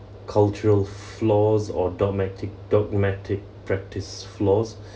cultural flaws or dogmatic dogmatic practice flaws